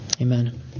Amen